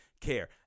care